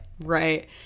right